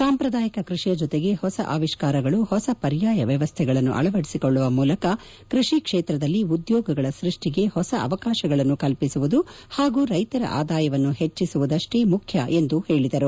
ಸಾಂಪ್ರದಾಯಿಕ ಕೃಷಿಯ ಜೊತೆಗೆ ಹೊಸ ಆವಿಷ್ಕಾರಗಳು ಹೊಸ ಪರ್ಯಾಯ ವ್ಯವಸ್ಥೆಗಳನ್ನು ಅಳವದಿಸಿಕೊಳ್ಳುವ ಮೂಲಕ ಕೃಷಿ ಕ್ಷೇತ್ರದಲ್ಲಿ ಉದ್ಯೋಗಗಳ ಸೃಷ್ಟಿಗೆ ಹೊಸ ಅವಕಾಶಗಳನ್ನು ಕಲ್ಪಿಸುವುದು ಹಾಗೂ ರೈತರ ಆದಾಯವನ್ನು ಹೆಚ್ಚಿಸುವುದು ಅಷ್ಟೇ ಮುಖ್ಯ ಎಂದು ಹೇಳಿದರು